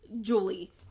Julie